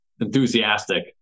enthusiastic